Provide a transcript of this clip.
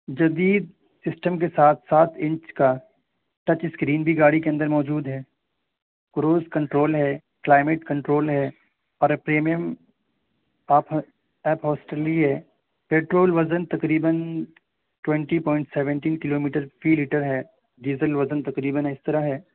جدید سسٹم کے ساتھ ساتھ انچ کا ٹچ اسکرین بھی گاڑی کے اندر موجود ہے کروز کنٹرول ہے کلائیمٹ کنٹرول ہے اور ایپرمیم آپ ایپ ہوسٹلی ہے پیٹرول ورزن تقریباً twenty point seventy kilometre فی لیٹر ہے ڈیزل وزن تقریباً اس طرح ہے